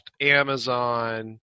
Amazon